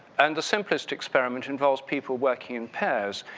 and the simplistic experiment involves people working in pairs.